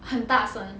很大声